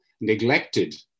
neglected